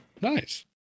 nice